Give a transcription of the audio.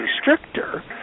stricter